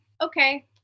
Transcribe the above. okay